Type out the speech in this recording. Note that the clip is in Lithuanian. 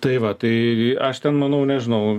tai va tai aš ten manau nežinau